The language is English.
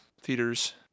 Theater's